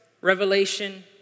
revelation